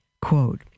Quote